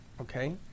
okay